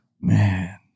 Man